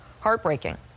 Heartbreaking